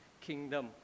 kingdom